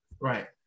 Right